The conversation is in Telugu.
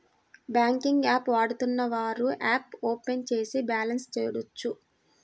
బ్యాంకింగ్ యాప్ వాడుతున్నవారు యాప్ ఓపెన్ చేసి బ్యాలెన్స్ చూడొచ్చు